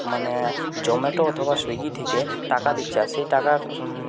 মানে জোমেটো অথবা স্যুইগি থেকে টাকা দিচ্ছে আর সেই টাকার